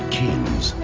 kings